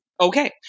Okay